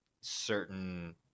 certain